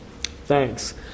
thanks